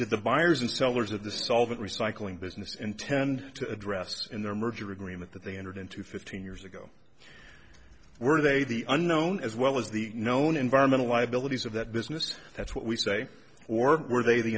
do the buyers and sellers of the solvent recycling business intend to address in their merger agreement that they entered into fifteen years ago were they the unknown as well as the known environmental liabilities of that business that's what we say or were they the